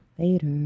Later